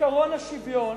בעקרון השוויון